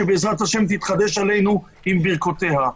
שבעזרת השם תתחדש עלינו עם ברכותיה.